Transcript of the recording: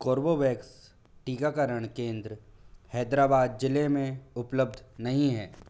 Corbevax टीकाकरण केंद्र हैदराबाद जिले में उपलब्ध नहीं हैं